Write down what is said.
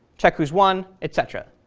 check who has won, et cetera.